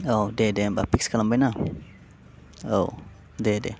औ दे दे होम्बा फिक्स खालामबाय ना औ दे दे